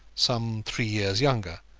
some three years younger,